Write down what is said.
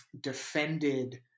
defended